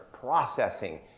processing